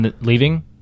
leaving